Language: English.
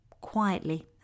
quietly